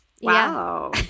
Wow